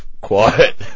quiet